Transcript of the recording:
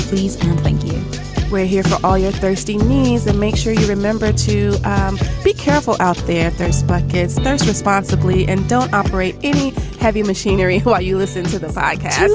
please and thank you. we're here for all your thirsty knees and make sure you remember to be careful out there. there's buckets, things responsibly and don't operate any heavy machinery while you listen to the bikes.